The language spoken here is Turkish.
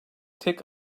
tek